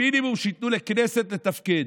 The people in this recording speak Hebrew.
מינימום שייתנו לכנסת לתפקד,